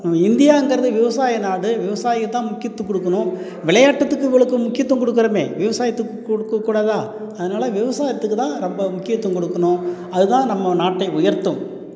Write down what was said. இந்தியாங்கிறதே விவசாய நாடு விவசாயத்தை தான் முக்கியத்துவம் கொடுக்கணும் விளையாட்டுத்துக்கு இவ்வளோக்கு முக்கியத்துவம் கொடுக்கறோமே விவசாயத்துக்கு கொடுக்கக் கூடாதா அதனால் விவசாயத்துக்கு தான் ரொம்ப முக்கியத்துவம் கொடுக்கணும் அதுதான் நம்ம நாட்டை உயர்த்தும்